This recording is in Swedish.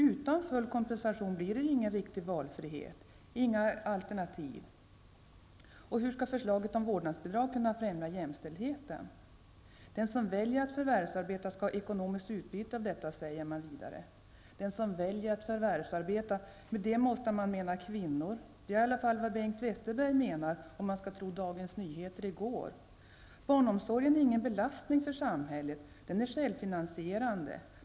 Utan full kompensation blir det ju ingen riktig valfrihet, inga riktigt alternativ. Hur skall förslaget om vårdnadsbidrag kunna främja jämställdheten? ''Den som väljer att förvärvsarbeta skall också ha ekonomiskt utbyte av detta säger man vidare. ''Den som väljer att förvärvsarbeta'' -- med det måste man mena kvinnor. Det är i alla fall vad Bengt Westerberg menar om man skall tro Dagens Nyheter i går. ''Barnomsorgen är ingen belastning för samhället den är självfinansierande.